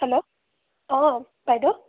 hello অঁ বাইদেউ